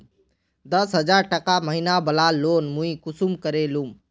दस हजार टका महीना बला लोन मुई कुंसम करे लूम?